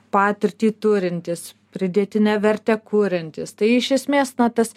patirtį turintis pridėtinę vertę kuriantis tai iš esmės na tas